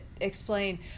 explain